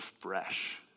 fresh